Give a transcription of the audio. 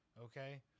okay